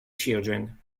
children